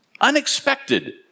unexpected